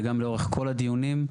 וגם לאורך כל הדיונים,